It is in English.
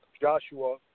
Joshua